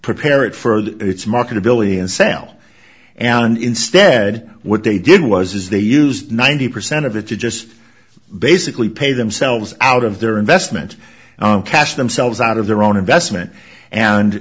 prepare it for its marketability and sale and instead what they did was they used ninety percent of it to just basically pay themselves out of their investment cast themselves out of their own investment and